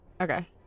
okay